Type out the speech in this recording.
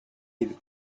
live